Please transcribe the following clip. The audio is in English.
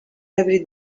every